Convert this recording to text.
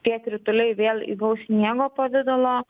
tie krituliai vėl įgaus sniego pavidalo